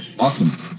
awesome